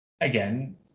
again